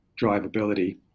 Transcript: drivability